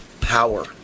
power